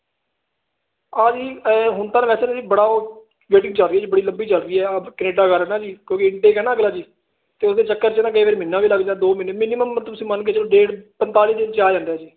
ਔਰ ਜੀ ਹੁਣ ਤਾਂ ਵੈਸੇ ਬੜਾ ਵੇਟਿੰਗ ਚੱਲ ਰਹੀ ਬੜੀ ਲੰਬੀ ਚੱਲ ਰਹੀ ਐ ਆਹ ਕੈਨੇਡਾ ਜੀ ਕਿਉਂਕਿ ਇੰਟੇਕ ਐ ਨਾ ਅਗਲਾ ਜੀ ਤੇ ਉਹਦੇ ਚੱਕਰ ਚ ਤਾਂ ਕਈ ਵਾਰ ਮਹੀਨਾ ਵੀ ਲੱਗ ਜਾਂ ਦੋ ਮਹੀਨੇ ਮਿਨੀਮਮ ਤੁਸੀਂ ਮੰਨ ਕਿਸੇ ਨੂੰ ਡੇਢ ਪੰਤਾਲੀ ਦਿਨ ਚ ਆ ਜਾਂਦਾ ਜੀ